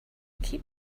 keep